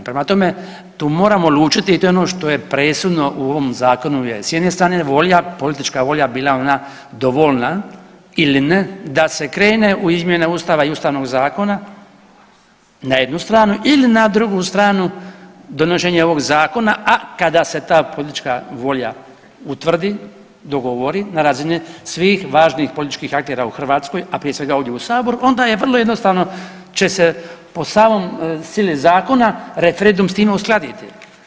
Prema tome, tu moramo lučiti i to je ono što je presudno u ovom zakonu je s jedne strane volja, politička volja bila ona dovoljna ili ne da se krene u izmjene Ustava i Ustavnog zakona na jednu stranu ili na drugu stranu donošenje ovog zakona, a kada se ta politička volja utvrdi, dogovori na razini svih važnih aktera u Hrvatskoj, a prije svega ovdje u saboru onda je vrlo jednostavno će se po samoj sili zakona referendum s time uskladiti.